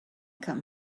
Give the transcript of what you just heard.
come